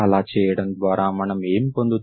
అలా చేయడం ద్వారా మనం ఏమి పొందుతాము